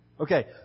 Okay